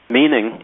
meaning